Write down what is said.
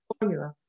formula